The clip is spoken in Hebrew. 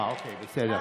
אוקיי, בסדר.